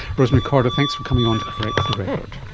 rosemary korda, thanks for coming on to correct the record.